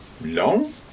Long